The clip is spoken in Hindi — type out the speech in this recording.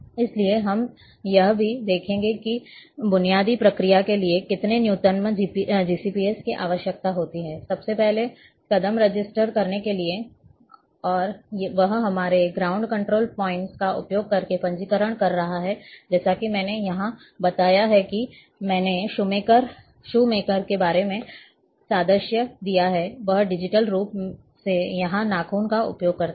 इसलिए हम यह भी देखेंगे कि बुनियादी प्रक्रिया के लिए कितने न्यूनतम जीसीपीएस की आवश्यकता होती है सबसे पहला कदम रजिस्टर करने के लिए है और वह हमारे ग्राउंड कंट्रोल पॉइंट्स का उपयोग करके पंजीकरण कर रहा है जैसा कि मैंने यहां बताया है कि मैंने शूमेकर के बारे में सादृश्य दिया है वह डिजिटल रूप से यहां नाखून का उपयोग करता है